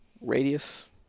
radius